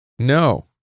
No